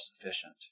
sufficient